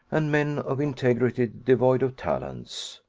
and men of integrity devoid of talents.